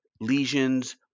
lesions